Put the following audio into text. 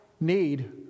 need